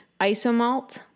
isomalt